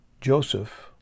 Joseph